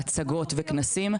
הצגות וכנסים,